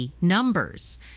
numbers